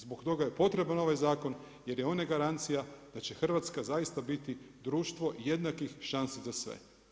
Zbog toga je potreban ovaj zakon jer je on garancija da će Hrvatska zaista biti društvo jednakih šansi za sve.